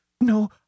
no